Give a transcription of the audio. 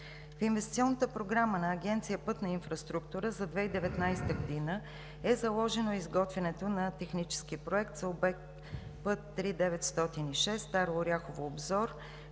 В инвестиционната програма на Агенция „Пътна инфраструктура“ за 2019 г. е заложено изготвянето на Технически проект за обект път III-906 Старо Оряхово – Обзор